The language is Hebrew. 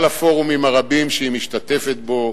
על הפורומים הרבים שהיא משתתפת בהם,